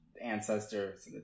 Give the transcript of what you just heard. ancestors